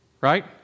Right